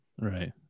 Right